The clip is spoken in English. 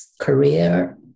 career